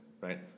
right